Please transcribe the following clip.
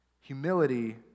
Humility